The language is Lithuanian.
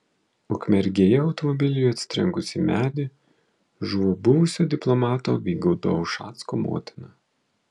ukmergėje automobiliui atsitrenkus į medį žuvo buvusio diplomato vygaudo ušacko motina